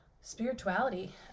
spirituality